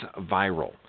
viral